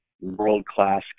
world-class